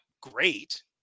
great